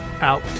out